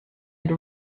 into